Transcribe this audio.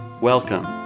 Welcome